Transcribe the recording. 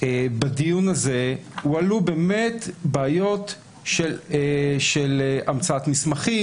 בדיון הזה הועלו בעיות של המצאת מסמכים,